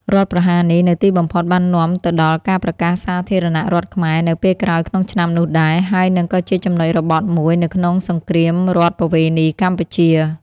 រដ្ឋប្រហារនេះនៅទីបំផុតបាននាំទៅដល់ការប្រកាសសាធារណរដ្ឋខ្មែរ នៅពេលក្រោយក្នុងឆ្នាំនោះដែរ ហើយនិងក៏ជាចំណុចរបត់មួយនៅក្នុងសង្គ្រាមរដ្ឋប្បវេណីកម្ពុជា។